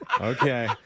Okay